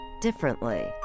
differently